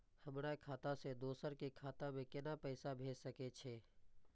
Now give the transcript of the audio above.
हमर खाता से दोसर के खाता में केना पैसा भेज सके छे?